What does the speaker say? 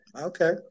Okay